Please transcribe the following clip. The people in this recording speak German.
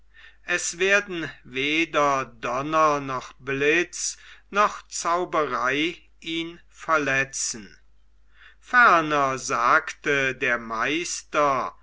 es werden weder donner noch blitz noch zauberei ihn verletzen ferner sagte der meister